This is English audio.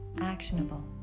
actionable